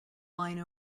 line